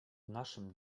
naszym